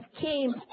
came